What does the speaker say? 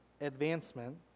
advancement